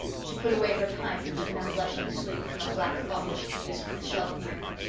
she put away her pipe and took an unblushing swig from a black bottle she produced from a shelf near her.